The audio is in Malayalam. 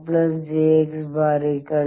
5 j 0